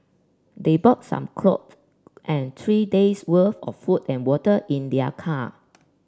they brought some clothes and three days'worth of food and water in their car